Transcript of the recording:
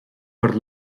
per